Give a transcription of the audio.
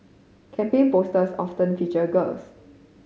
campaign posters often featured girls